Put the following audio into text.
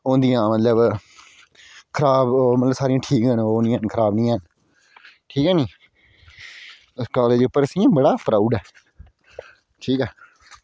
ओह् होंदियां सारियां खराब ओह् ठीक होंदियां खराब निं हैन ठीक ऐ नी इस कॉलेज पर असेंगी बड़ा प्राऊड ऐ ठीक ऐ